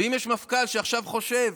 ואם יש מפכ"ל שעכשיו חושב